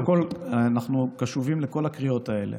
קודם כול, אנחנו קשובים לכל הקריאות האלה